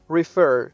refer